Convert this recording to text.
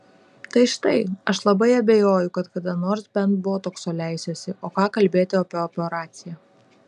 tai štai aš labai abejoju kad kada nors bent botokso leisiuosi o ką kalbėti apie operaciją